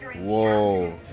Whoa